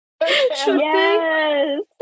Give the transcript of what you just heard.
Yes